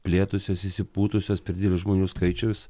plėtusios išsipūtusios per didelis žmonių skaičius